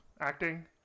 acting